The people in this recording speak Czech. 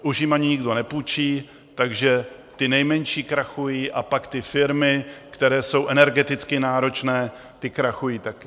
Už jim ani nikdo nepůjčí, takže ty nejmenší krachují a pak firmy, které jsou energeticky náročné, ty krachují také.